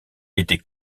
était